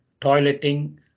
toileting